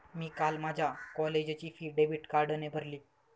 मी काल माझ्या कॉलेजची फी डेबिट कार्डने भरली